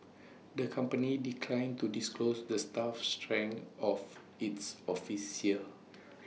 the company declined to disclose the staff strength of its office here